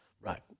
right